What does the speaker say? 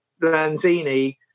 Lanzini